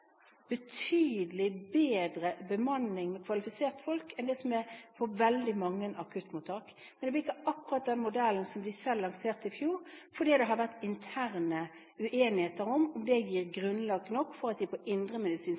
betydelig bedre bemanning med kvalifiserte folk enn det er på veldig mange akuttmottak. Men det blir ikke akkurat den modellen som de selv lanserte i fjor, for det har vært intern uenighet om den gir grunnlag nok for at man på